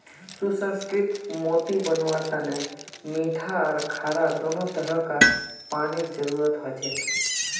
सुसंस्कृत मोती बनव्वार तने मीठा आर खारा दोनों तरह कार पानीर जरुरत हछेक